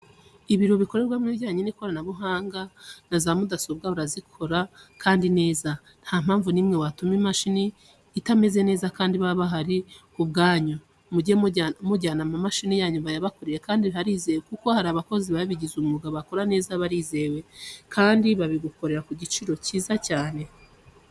Ibiro bikorerwamo ibijyanye n'ikoranabuhanga na za mudasobwa barazikora kandi neza. Nta mpamvu n'imwe watunga imashini itameze neza kandi baba bahari ku bwanyu. Mujye mujyana amamashini yanyu bayabakorere kandi harizewe kuko hari abakozi babigize umwuga bakora neza barizewe, kandi babigukorera ku giciro cyiza cyane.